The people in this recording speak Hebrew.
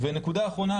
נקודה אחרונה,